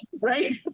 right